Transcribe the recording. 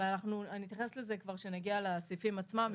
אבל אני אתייחס לזה כשנגיע לסעיפים עצמם.